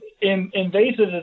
invasive